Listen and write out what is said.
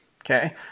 Okay